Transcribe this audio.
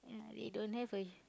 ya they don't have a